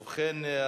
ובכן,